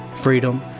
freedom